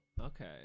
Okay